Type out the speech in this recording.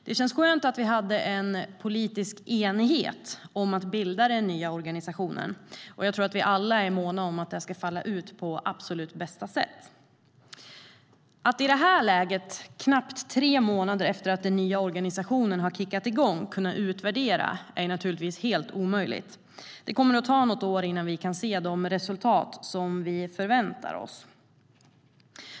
Det känns skönt att vi hade en politisk enighet om att bilda den nya organisationen. Jag tror att vi alla är måna om att det här ska falla ut på absolut bästa sätt. Att utvärdera den nya organisationen i det här läget, knappt tre månader efter att den kickat igång, är naturligtvis helt omöjligt. Det kommer att ta något år innan vi kan se de resultat som vi förväntar oss.